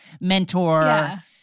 mentor